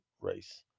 race